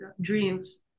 Dreams